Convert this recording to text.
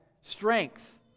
strength